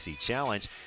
Challenge